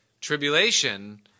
Tribulation